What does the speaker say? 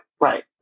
right